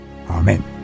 Amen